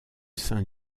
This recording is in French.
sein